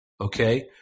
Okay